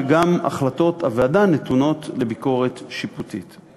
שגם החלטות הוועדה נתונות לביקורת שיפוטית.